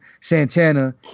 Santana